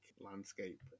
landscape